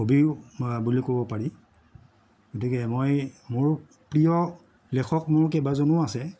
হবিও বুলি ক'ব পাৰি গতিকে মই মোৰ প্ৰিয় লেখক মোৰ কেইবাজনো আছে